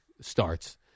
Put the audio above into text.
starts